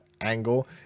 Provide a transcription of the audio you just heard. angle